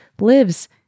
lives